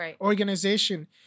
organization